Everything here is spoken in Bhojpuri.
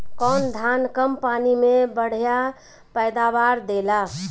कौन धान कम पानी में बढ़या पैदावार देला?